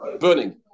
burning